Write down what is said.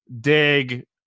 Dig